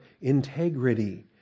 integrity